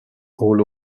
all